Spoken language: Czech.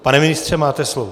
Pane ministře, máte slovo.